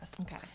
Okay